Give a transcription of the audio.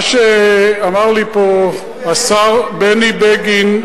מה שאמר לי פה השר בני בגין,